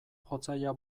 jotzailea